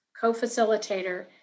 co-facilitator